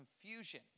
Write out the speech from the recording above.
confusion